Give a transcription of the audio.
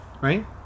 Right